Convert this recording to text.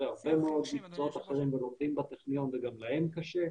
והרבה מאוד מקצועות אחרים ולומדים בטכניון וגם להם קשה.